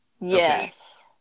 Yes